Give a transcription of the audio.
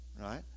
right